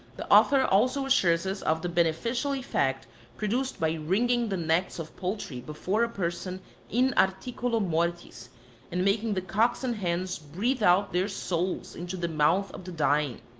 the author also assures us of the beneficial effect produced by wringing the necks of poultry before a person in articulo mortis and making the cocks and hens breathe out their souls into the mouth of the dying,